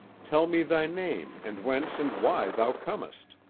tell me thy name and whence and why thou comest.